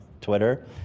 Twitter